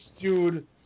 dude